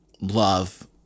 love